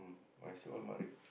my see all my rib